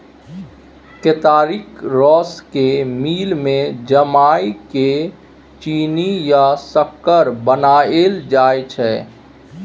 केतारीक रस केँ मिल मे जमाए केँ चीन्नी या सक्कर बनाएल जाइ छै